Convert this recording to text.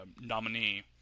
nominee